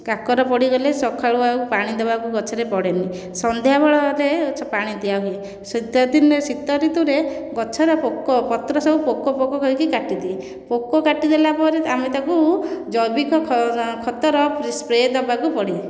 କାକର ପଡ଼ିଗଲେ ସଖାଳୁ ଆଉ ପାଣି ଆଉ ଗଛରେ ଦେବାକୁ ପଡ଼େନି ସନ୍ଧ୍ୟା ବେଳରେ ପାଣି ଦିଆ ହୁଏ ଶୀତଦିନରେ ଶୀତ ଋତୁରେ ଗଛର ପୋକ ପତ୍ର ସବୁ ପୋକ ପୋକ ହୋଇକି କାଟିଦିଏ ପୋକ କାଟିଦେଲା ପରେ ଆମେ ତାକୁ ଜୈବିକ ଖତର ସ୍ପ୍ରେ ଦେବାକୁ ପଡ଼େ